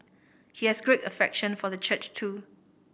he has great affection for the church too